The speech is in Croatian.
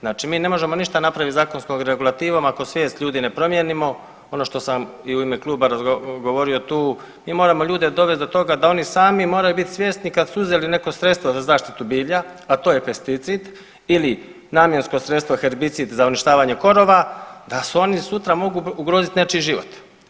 Znači mi ne možemo ništa ne možemo napraviti zakonskom regulativom ako svijest ljudi ne promijenimo, ono što sam i u ime kluba govorio tu, mi moramo dovesti ljude do toga da oni sami moraju biti svjesni kad su uzeli neko sredstvo za zaštitu bilja, a to je pesticid ili namjensko sredstvo herbicid za uništavanje korova da oni sutra mogu ugroziti nečiji život.